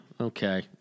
okay